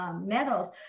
medals